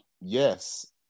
yes